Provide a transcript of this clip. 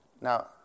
Now